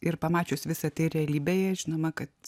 ir pamačius visa tai realybėje žinoma kad